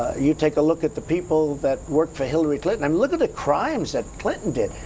you take a look at the people that worked for hillary clinton i mean look at the crimes that clinton did!